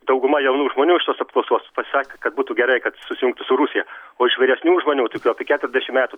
dauguma jaunų žmonių šitos apklausos pasisakė kad būtų gerai kad susijungtų su rusija o iš vyresnių žmonių tai kur apie keturiasdešim metų